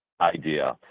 idea